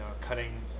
cutting